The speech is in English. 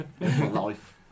Life